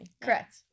Correct